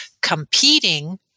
competing